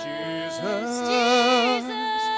Jesus